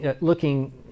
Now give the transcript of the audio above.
looking